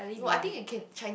no I think you can Chinese